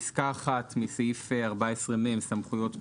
פסקה (1) מסעיף 14מ - סמכויות פיקוח,